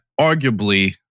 arguably